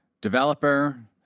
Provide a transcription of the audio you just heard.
developer